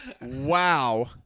wow